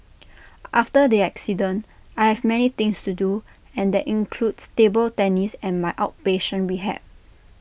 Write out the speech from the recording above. after the accident I have many things to do and that includes table tennis and my outpatient rehab